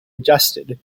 adjusted